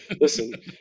Listen